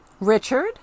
richard